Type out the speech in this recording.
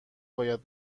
باید